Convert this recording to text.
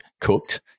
cooked